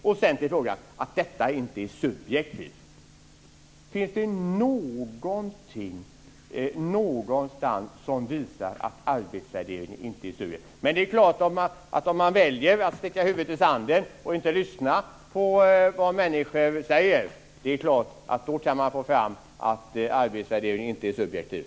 Vad gäller att arbetsvärdering inte skulle vara subjektiv: Finns det någonting någonstans som visar att arbetsvärdering inte är subjektiv? Det är klart att om man väljer att sticka huvudet i sanden och inte lyssna på vad människor säger, kan man få fram att arbetsvärdering inte är subjektiv.